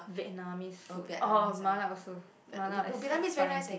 Vietnamese food oh mala also mala is fine too